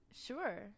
Sure